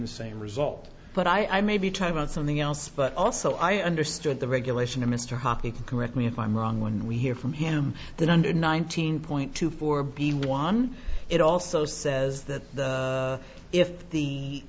the same result but i maybe talk about something else but also i understood the regulation of mr hockey can correct me if i'm wrong when we hear from him that under nineteen point two four b won it also says that if the